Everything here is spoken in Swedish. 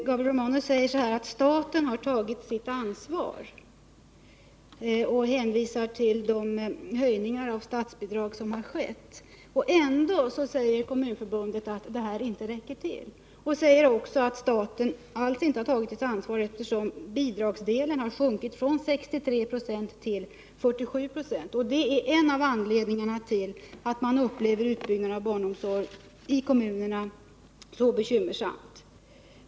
Herr talman! Gabriel Romanus säger att staten har tagit sitt ansvar och hänvisar till de höjningar av statsbidraget som har skett. Ändå anser Kommunförbundet att det inte räcker till. Där menar man att staten alls inte har tagit sitt ansvar, eftersom bidragsdelen har sjunkit från 63 96 till 47 96. Det är en av anledningarna till att man upplever utbyggnaden av barnomsorgen i kommunerna som så bekymmersam.